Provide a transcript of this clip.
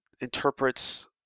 interprets